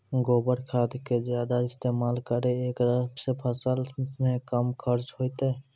गोबर खाद के ज्यादा इस्तेमाल करौ ऐकरा से फसल मे कम खर्च होईतै?